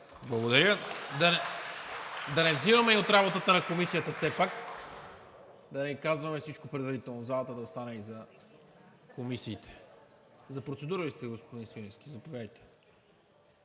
Благодаря. Да не взимаме и от работата на Комисията все пак, да не казваме всичко предварително в залата, да остане и за комисиите. За процедура ли сте, господин Свиленски? Заповядайте.